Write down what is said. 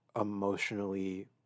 emotionally